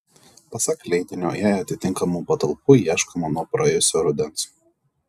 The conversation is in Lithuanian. pasak leidinio jai tinkamų patalpų ieškoma nuo praėjusio rudens